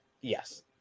Yes